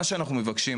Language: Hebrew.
מה שאנחנו מבקשים,